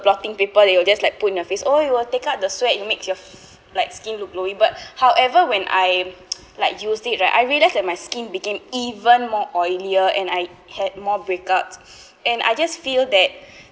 blotting paper they will just like put in their face oh it will take up the sweat it make your like skin look glowy but however when I like use it right I realise that my skin became even more oilier and I had more breakout and I just feel that